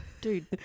dude